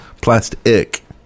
Plastic